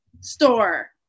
store